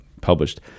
published